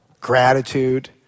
gratitude